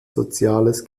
soziales